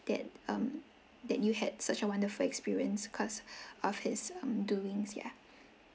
that um that you had such a wonderful experience because of his doings yeah